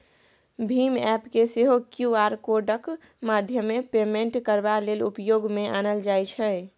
भीम app केँ सेहो Q R कोडक माध्यमेँ पेमेन्ट करबा लेल उपयोग मे आनल जाइ छै